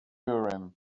urim